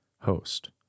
host